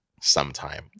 sometime